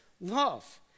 love